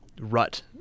rut